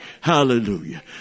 Hallelujah